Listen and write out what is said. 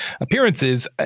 appearances